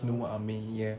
you know what I mean here